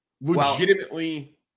legitimately